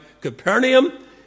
Capernaum